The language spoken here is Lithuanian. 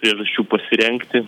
priežasčių pasirengti